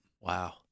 Wow